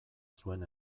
zuen